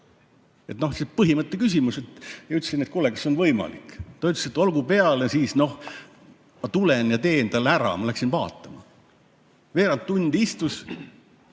põhimõtte küsimus. Ja ütlesin, et kuule, kas on võimalik. Ta ütles, et olgu peale siis, ma tulen ja teen ära. Ma läksin vaatama, veerand tundi istus,